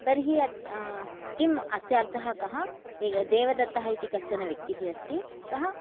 तर्हि किं अस्य अर्थः कः ईग देवदत्तः इति कश्चन व्यक्तिः अस्ति सः